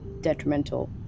detrimental